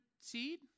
seed